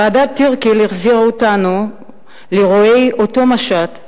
ועדת-טירקל החזירה אותנו לאירועי אותו משט,